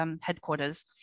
headquarters